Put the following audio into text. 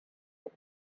tent